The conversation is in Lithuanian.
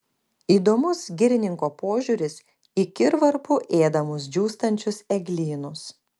įdomus girininko požiūris į kirvarpų ėdamus džiūstančius eglynus